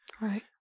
Right